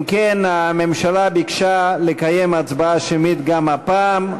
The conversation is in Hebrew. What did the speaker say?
אם כן, הממשלה ביקשה לקיים הצבעה שמית גם הפעם.